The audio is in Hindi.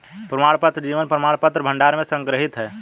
प्रमाणपत्र जीवन प्रमाणपत्र भंडार में संग्रहीत हैं